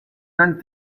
learned